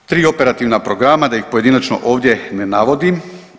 Tri operativna programa da ih pojedinačno ovdje ne navodim.